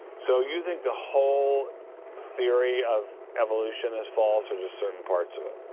so you think the whole theory of evolution is false or just certain parts of it?